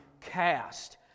cast